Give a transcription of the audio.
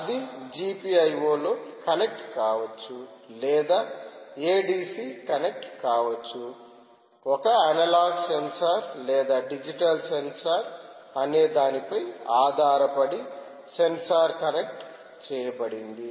అది GPIO లో connect కావచ్చు లేదా ADC కనెక్ట్ కావచ్చు ఒక అనలాగ్ సెన్సార్ లేదా డిజిటల్ సెన్సార్ అనే దానిపై ఆధారపడి సెన్సార్ కనెక్ట్ చేయబడింది